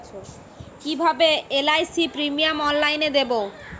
কিভাবে LIC premium অনলাইনে দেবো?